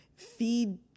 Feed